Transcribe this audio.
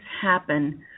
happen